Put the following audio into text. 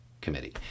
Committee